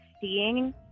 seeing